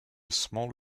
small